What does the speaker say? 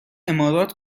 امارات